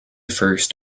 first